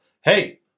Hey